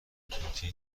توتی